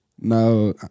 No